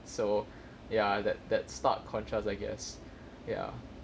so ya that that stark contrast I guess ya